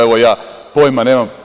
Evo, ja pojma nemam.